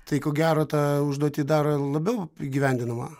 tai ko gero tą užduotį daro labiau įgyvendinamą